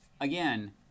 again